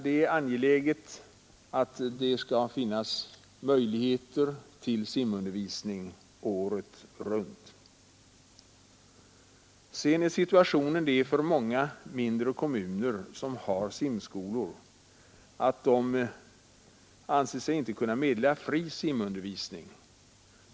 Det är viktigt att det finns möjligheter till simundervisning året runt. Många mindre kommuner som har simskolor anser sig inte kunna meddela fri simundervisning.